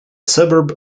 suburb